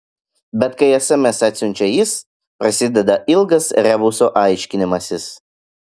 bet kai sms atsiunčia jis prasideda ilgas rebuso aiškinimasis